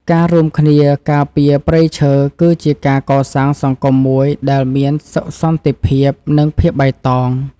ការរួមគ្នាការពារព្រៃឈើ គឺជាការកសាងសង្គមមួយដែលមានសុខសន្តិភាព និងភាពបៃតង។